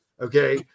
Okay